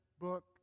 book